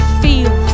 feel